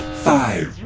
five.